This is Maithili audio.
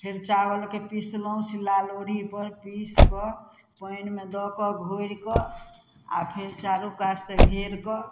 फेर चावलके पीसलहुँ शिला लोड़ही पर पीस कऽ पानिमे दऽ कऽ घोरि कऽ आ फेर चारु कातसँ घेर कऽ